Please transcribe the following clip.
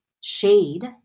shade